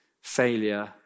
failure